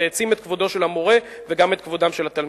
זה העצים את כבודו של המורה וגם את כבודם של התלמידים.